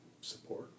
support